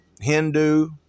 Hindu